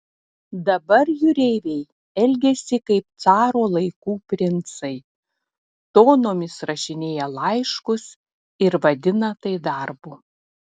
dabar jūreiviai elgiasi kaip caro laikų princai tonomis rašinėja laiškus ir vadina tai darbu